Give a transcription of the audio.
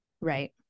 Right